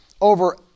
over